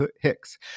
hicks